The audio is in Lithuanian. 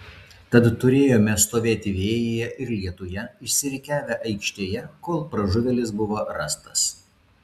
tad turėjome stovėti vėjyje ir lietuje išsirikiavę aikštėje kol pražuvėlis buvo rastas